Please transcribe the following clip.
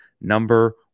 number